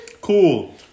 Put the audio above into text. Cool